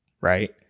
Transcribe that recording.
right